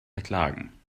verklagen